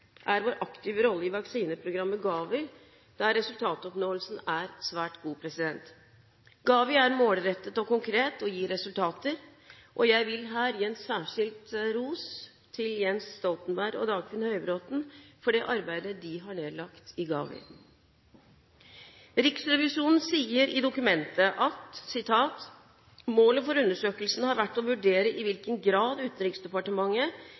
er vår aktive rolle i vaksineprogrammet GAVI, der resultatoppnåelsen er svært god. GAVI er målrettet og konkret, og gir resultater. Jeg vil her gi en særskilt ros til Jens Stoltenberg og Dagfinn Høybråten for det arbeidet de har nedlagt i GAVI. Riksrevisjonen sier i dokumentet: «Målet med Riksrevisjonens undersøkelse har vært å vurdere i hvilken grad Utenriksdepartementet